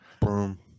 boom